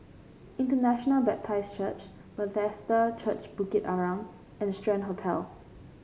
International Baptist Church Bethesda Church Bukit Arang and Strand Hotel